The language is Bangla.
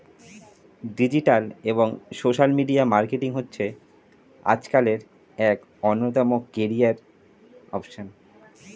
ডিজিটাল এবং সোশ্যাল মিডিয়া মার্কেটিং হচ্ছে আজকালের এক অন্যতম ক্যারিয়ার অপসন